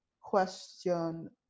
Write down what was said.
question